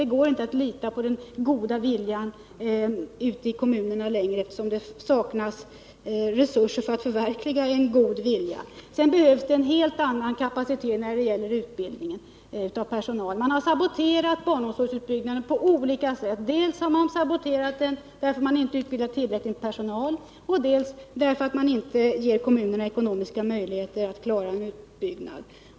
Det går inte att lita på den goda viljan ute i kommunerna längre, eftersom det saknas resurser för att förverkliga en god vilja. Det behövs också en helt annan kapacitet när det gäller utbildningen av personal. Man har saboterat barnomsorgsutbyggnaden på olika sätt — dels genom att man inte har utbildat tillräckligt med personal, dels genom att man inte har gett kommunerna ekonomiska möjligheter att klara en utbyggnad.